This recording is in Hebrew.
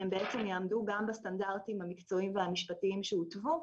יעמדו גם בסטנדרטים המקצועיים והמשפטיים שהותוו.